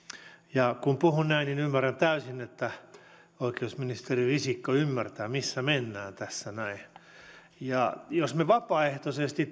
ja kun puhun näin niin ymmärrän täysin että sisäministeri risikko ymmärtää missä mennään tässä näin jos me vapaaehtoisesti